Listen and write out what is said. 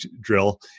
drill